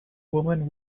woman